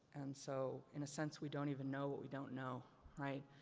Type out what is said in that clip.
and so, in a sense we don't even know what we don't know, right.